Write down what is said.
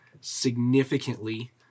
significantly